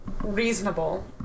reasonable